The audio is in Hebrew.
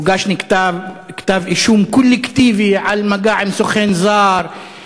הוגש נגדם כתב-אישום קולקטיבי על מגע עם סוכן זר,